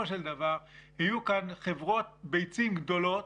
של דבר יהיו כאן חברות ביצים גדולות,